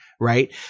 Right